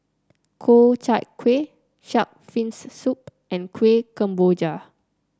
Ku Chai Kuih shark's fin soup and Kueh Kemboja